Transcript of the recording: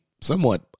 somewhat